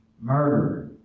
murder